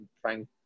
trying